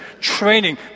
training